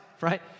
right